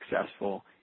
successful